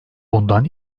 bundan